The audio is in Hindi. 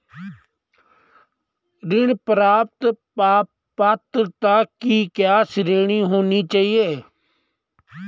ऋण प्राप्त पात्रता की क्या श्रेणी होनी चाहिए?